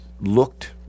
looked